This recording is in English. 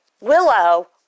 Willow